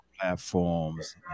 Platforms